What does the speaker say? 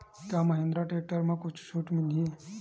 का महिंद्रा टेक्टर म कुछु छुट मिलही?